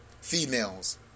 females